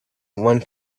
one